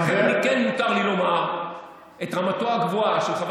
ולכן כן מותר לי לומר שברמתו הגבוהה של חבר